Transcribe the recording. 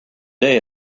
day